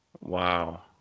Wow